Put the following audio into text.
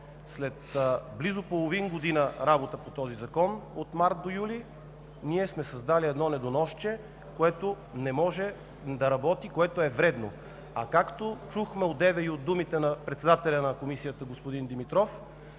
След близо половин година работа по него – от март до юли, ние сме създали едно недоносче, което не може да работи, което е вредно. Както чухме от председателя на Комисията господин Димитров,